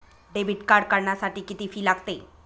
Debit card काढण्यासाठी किती fee लागते?